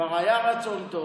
כבר היה רצון טוב.